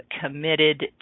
committed